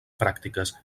pràctiques